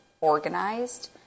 organized